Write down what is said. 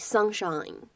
Sunshine